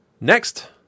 next